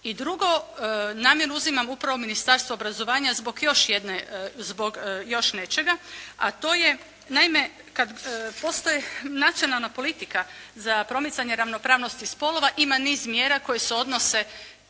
I drugo, namjerno uzimam upravo Ministarstvo obrazovanja zbog još jedne, zbog još nečega. A to je, naime, Nacionalna politika za promicanje ravnopravnosti spolova ima niz mjera koje se odnose